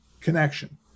connection